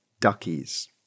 duckies